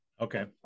okay